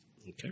okay